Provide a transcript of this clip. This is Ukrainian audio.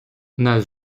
нас